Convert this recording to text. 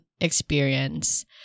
experience